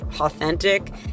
authentic